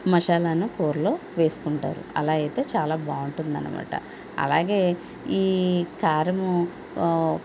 మసాలాను కూరలో వేసుకుంటారు అలా అయితే చాలా బాగుంటుంది అన్నమాట అలాగే ఈ కారం